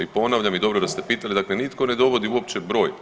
I ponavljam i dobro da ste pitali, dakle nitko ne dovodi uopće broj.